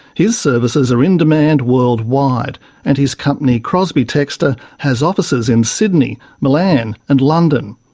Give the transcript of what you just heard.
his services are in demand worldwide and his company, crosby textor, has offices in sydney, milan and london.